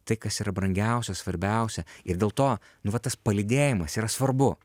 tai kas yra brangiausia svarbiausia ir dėl to nu va tas palydėjimas yra svarbu